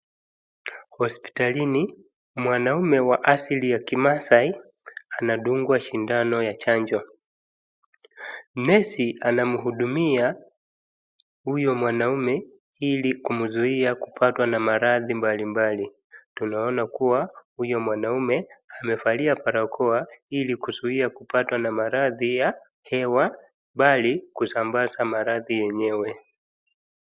Hospitalini, mwanaume wa asili ya kimaasai anadungwa sindano ya chanjo. Nesi anamhudumia huyo mwanaume ili kumzuia kupatwa na maradhi mbali mbali. Huyo mwanaume amevalia barakoa ili kuzuia kupatwa na maradhi ya hewa mbali kuzuia kusambaza maradhi yenyewe.